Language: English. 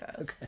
okay